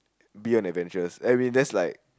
be on adventures I mean that's like